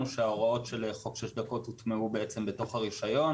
שההוראות של חוק שש דקות הוטמעו בתוך הרישיון.